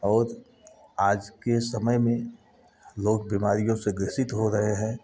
और आज के समय में लोग बीमारियों से ग्रसित हो रहे हैं